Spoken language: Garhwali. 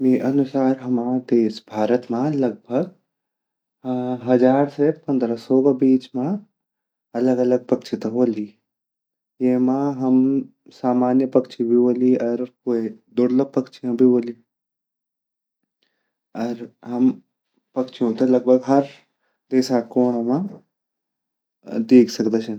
मेरा अनुसार हमा देश भारत मा लगभग हज़ार से पंद्रह सो गा बीच मा अलग-अलग पक्षी ता वोली येमा सामान्य पक्षी भी वोली अर क्वे दुर्लभ पक्षीय भी वोली अर हम पक्षियो ते लग भग हर देश कोनो मा देख सकदा छिन।